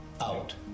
out